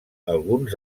alguns